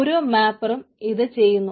ഓരോ മാപ്പറും ഇത് ചെയ്യുന്നു